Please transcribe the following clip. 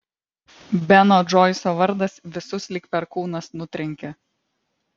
beno džoiso vardas visus lyg perkūnas nutrenkė